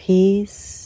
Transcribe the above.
Peace